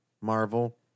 Marvel